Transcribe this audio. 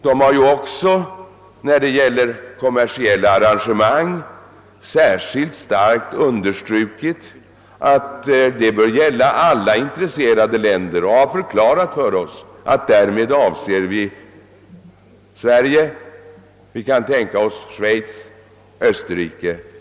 Man har ju också beträffande kommersiella arrangemang betonat att dessa bör gälla alla intresserade länder, och man har förklarat för oss att man därmed avser Sverige och att man likaså kan tänka sig Schweiz och Österrike.